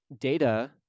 data